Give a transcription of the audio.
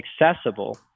accessible